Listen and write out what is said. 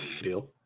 Deal